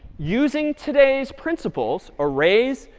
using today's principles, arrays,